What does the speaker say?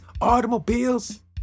automobiles